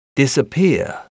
disappear